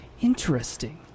Interesting